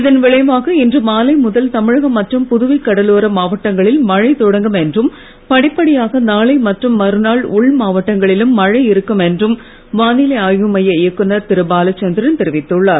இதன் விளைவாக இன்று மாலை முதல் தமிழகம் மற்றும் புதுவை கடலோர மாவட்டங்களில் மழை தொடங்கும் என்றும் படிப்படியாக நாளை மற்றும் மறுநாள் உள் மாவட்டங்களிலும் மழை இருக்கும் என்றும் வானிலை ஆய்வுமைய இயக்குனர் திரு பாலசந்திரன் தெரிவித்துள்ளார்